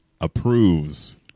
approves